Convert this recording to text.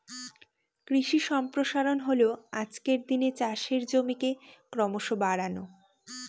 কৃষি সম্প্রসারণ হল আজকের দিনে চাষের জমিকে ক্রমশ বাড়ানো